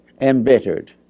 embittered